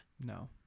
No